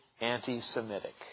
anti-semitic